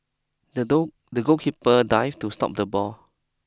the door the goalkeeper dived to stop the ball